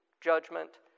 judgment